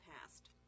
past